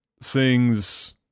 sings